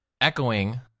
Echoing